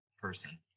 person